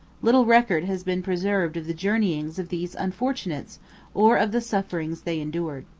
little record has been preserved of the journeyings of these unfortunates or of the sufferings they endured.